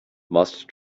must